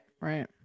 right